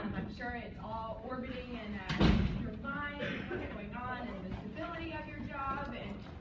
sure it's all orbiting in your mind, going on and the stability of your job. and